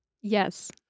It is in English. Yes